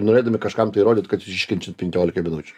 norėdami kažkam tai įrodyt kad jūs iškenčiat penkiolikai minučių